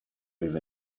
move